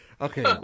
Okay